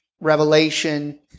Revelation